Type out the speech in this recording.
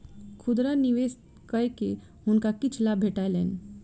खुदरा निवेश कय के हुनका किछ लाभ भेटलैन